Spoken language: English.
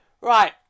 Right